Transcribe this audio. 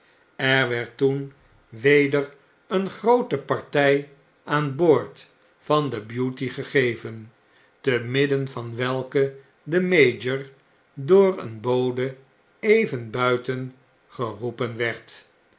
er werd toen weder een groote partij aan boord van de beauty gegeven te midden van welke de mayor door een bode even buitengeroepen werd